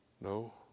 No